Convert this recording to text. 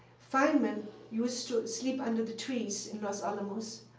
feynman used to sleep under the trees in los alamos.